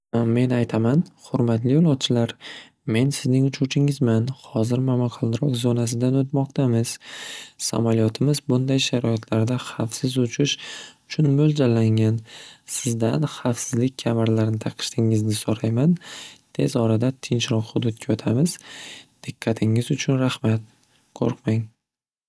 Men aytaman xurmatli yo'lovchilar men sizning uchuvchingizman xozir momaqaldiroq zo'nasidan o'tmoqdamiz samalyotimiz bunday sharoitlarda xavfsiz uchish uchun mo'ljallangan sizdan xavfsizlik kamarlarini taqishingizni so'rayman tez orada tinchroq hududga o'tamiz diqqatingiz uchun raxmat qo'rqmang.